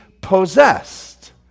possessed